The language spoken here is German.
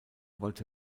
wollte